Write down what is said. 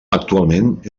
actualment